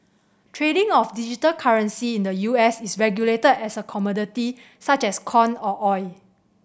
trading of digital currency in the U S is regulated as a commodity such as corn or oil